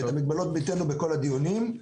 את המגבלות ביטאנו בכל הדיונים.